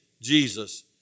Jesus